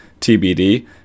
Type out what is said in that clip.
tbd